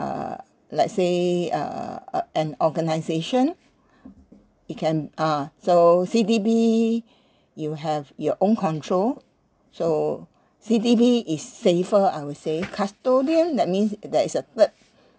err let's say err uh an organisation it can uh so C_D_B you have your own control so C_D_B is safer I would say custodian that means there is a third